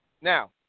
Now